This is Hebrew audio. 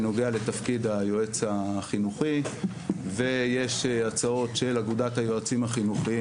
בנוגע לתפקיד היועץ החינוכי ויש הצעות של אגודת היועצים החינוכיים,